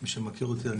מי שמכיר אותי,